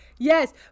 Yes